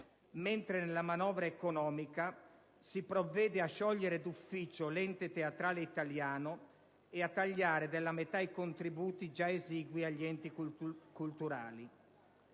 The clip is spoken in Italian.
mentre nella manovra economica si provvede a sciogliere d'ufficio l'Ente teatrale italiano e a tagliare della metà i contributi, già esigui, agli enti culturali.